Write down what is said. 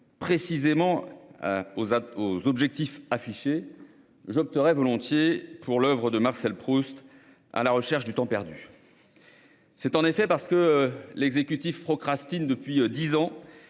précisément aux objectifs affichés, j'opterais volontiers pour l'oeuvre de Marcel Proust,. C'est en effet parce que l'exécutif procrastine depuis dix ans